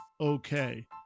okay